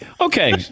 Okay